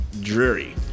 dreary